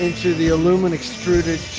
into the aluminum extruded